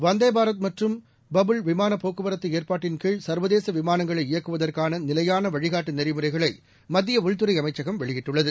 வந்தே பாரத் மற்றும் பபுள் விமானப் போக்குவரத்து ஏற்பாட்டின் கீழ் சர்வதேச விமானங்களை இயக்குவதற்கான நிலையான வழிகாட்டு நெறிமுறைகளை மத்திய உள்துறை அமைச்சகம் வெளியிட்டுள்ளது